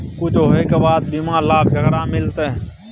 कुछ होय के बाद बीमा लाभ केकरा मिलते?